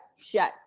Shut